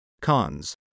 Cons